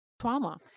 trauma